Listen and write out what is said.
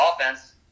offense